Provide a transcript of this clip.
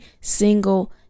single